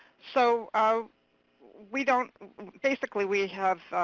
so ah we don't basically, we have